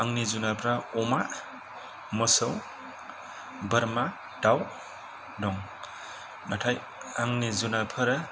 आंनि जुनारफ्रा अमा मोसौ बोरमा दाउ दं नाथाय आंनि जुनारफोरा